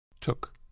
Took